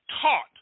taught